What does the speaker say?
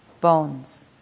bones